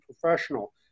professional